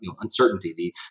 uncertainty